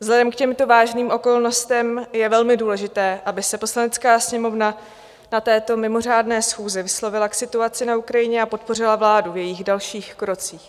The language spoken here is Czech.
Vzhledem k těmto vážným okolnostem je velmi důležité, aby se Poslanecká sněmovna na této mimořádné schůzi vyslovila k situaci na Ukrajině a podpořila vládu v jejích dalších krocích.